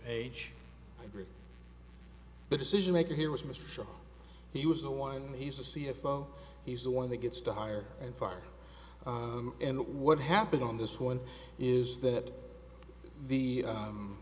age group the decision maker here was mr shaw he was the one he's the c f o he's the one that gets to hire and fire and what happened on this one is that the